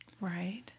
Right